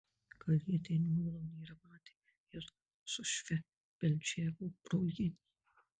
gal jie ten muilo nėra matę vėl sušvebeldžiavo brolienė